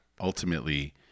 ultimately